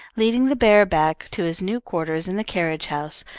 leading the bear back to his new quarters in the carriage house,